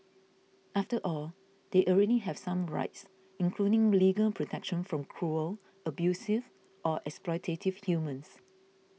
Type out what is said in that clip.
after all they already have some rights including legal protection from cruel abusive or exploitative humans